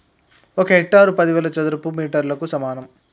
ఒక హెక్టారు పదివేల చదరపు మీటర్లకు సమానం